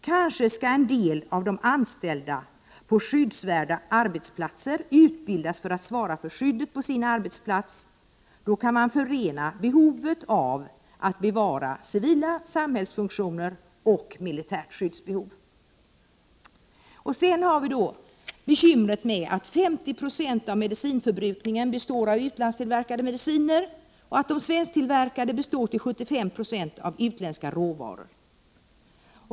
Kanske skall en del av de anställda på skyddsvärda arbetsplatser utbildas för att svara för skyddet på sin arbetsplats. Då kan man förena behovet av att bevara civila samhällsfunktioner och behovet av militärt skydd. Så har vi bekymret med att 50 20 av medicinförbrukningen består av utlandstillverkade mediciner och att de svensktillverkade till 75 96 består av utländska råvaror.